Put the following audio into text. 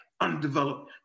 undeveloped